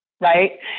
right